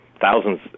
thousands